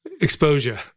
exposure